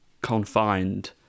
confined